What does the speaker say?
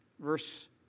Verse